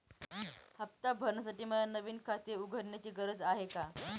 हफ्ता भरण्यासाठी मला नवीन खाते उघडण्याची गरज आहे का?